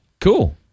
Cool